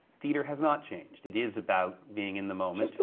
theater has not changed. it is about being in the moment. just a